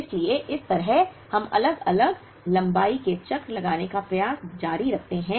इसलिए इस तरह हम अलग अलग लंबाई के चक्र लगाने का प्रयास जारी रखते हैं